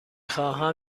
خواهم